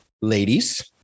Ladies